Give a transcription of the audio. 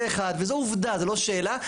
זה אחד וזו עובדה, זו לא שאלה.